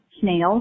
snails